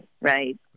right